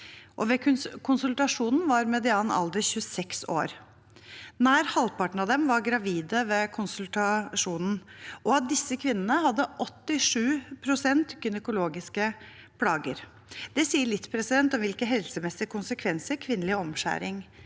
ved konsultasjon var median alder 26 år. Nær halvparten av dem var gravide ved konsultasjonen. Av disse kvinnene hadde 87 pst. gynekologiske plager. Det sier litt om hvilke helsemessige konsekvenser kvinnelig omskjæring